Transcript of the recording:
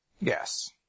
Yes